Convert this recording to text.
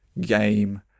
game